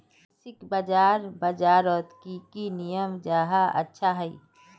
कृषि बाजार बजारोत की की नियम जाहा अच्छा हाई?